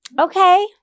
Okay